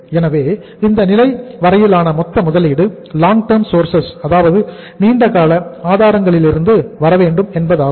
எனவே இந்த நிலை வரையிலான மொத்த முதலீடு லாங் டேர்ம் சோர்சஸ் அதாவது நீண்டகால ஆதாரங்களிலிருந்து வரவேண்டும் என்பதாகும்